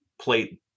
plate